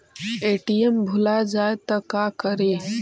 ATM भुला जाये त का करि?